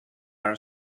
are